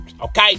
okay